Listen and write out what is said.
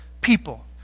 people